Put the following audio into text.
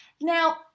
Now